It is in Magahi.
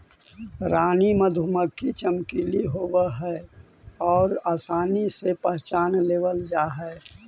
रानी मधुमक्खी चमकीली होब हई आउ आसानी से पहचान लेबल जा हई